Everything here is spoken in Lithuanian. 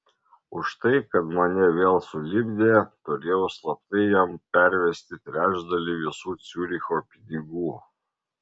už tai kad mane vėl sulipdė turėjau slaptai jam pervesti trečdalį visų ciuricho pinigų